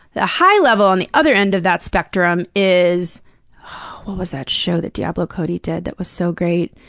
a high level, on the other end of that spectrum, is what was that show that diablo cody did that was so great,